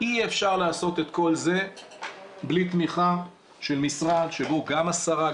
אי אפשר לעשות את כל זה בלי תמיכה של משרד שבו גם השרה,